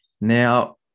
Now